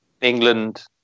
England